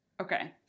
okay